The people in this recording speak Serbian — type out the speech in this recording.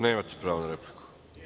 Nemate pravo na repliku.